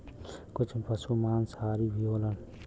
कुछ पसु मांसाहारी भी होलन